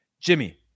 Jimmy